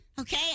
okay